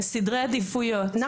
זה עניין של סדרי עדיפויות.